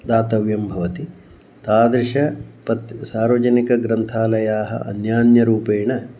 दातव्यं भवति तादृशाः पत् सार्वजनिकग्रन्थालयाः अन्यान्यरूपेण